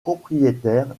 propriétaire